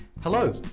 Hello